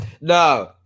no